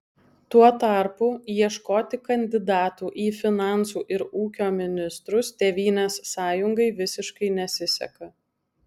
tuo tarpu ieškoti kandidatų į finansų ir ūkio ministrus tėvynės sąjungai visiškai nesiseka